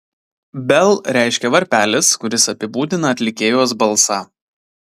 bell reiškia varpelis kuris apibūdina atlikėjos balsą